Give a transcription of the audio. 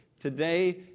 Today